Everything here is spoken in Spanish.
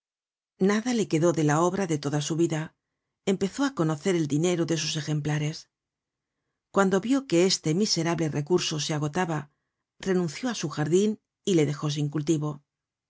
nada le quedó de la obra de toda su vida empezó á conocer el dinero de sus ejemplares content from google book search generated at cuando vió que este miserable recurso se agotaba renunció á su jardin y le dejó sin cultivo